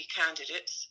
candidates